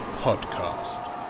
podcast